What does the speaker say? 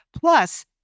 plus